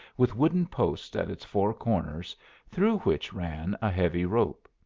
with wooden posts at its four corners through which ran a heavy rope.